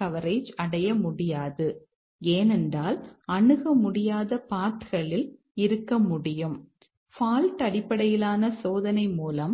coverage அடிப்படையிலான சோதனைக்கு